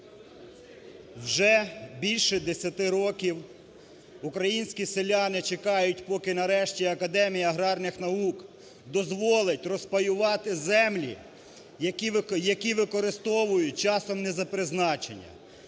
Вже більше 10 років українські селяни чекають, поки нарешті Академія аграрних наук дозволить розпаювати землі, які використовують часом не за призначенням.